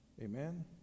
Amen